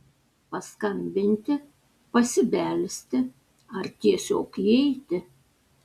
paskambinti pasibelsti ar tiesiog įeiti